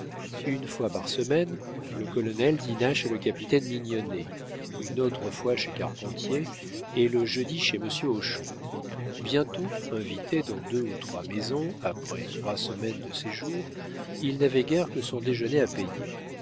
une fois par semaine le colonel dîna chez le capitaine mignonnet une autre fois chez carpentier et le jeudi chez monsieur hochon bientôt invité dans deux ou trois maisons après trois semaines de séjour il n'avait guère que son déjeuner à payer